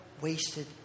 wasted